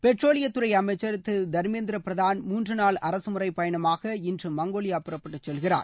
பெட்ரோலியத்துறை அமைச்சர் திரு தர்மேந்திர பிரதான் மூன்று நாள் அரசமுறை பயணமாக இன்று மங்கோலியா புறப்பட்டுச் செல்கிறார்